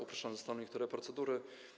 Uproszczone zostaną niektóre procedury.